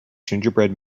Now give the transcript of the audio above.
gingerbread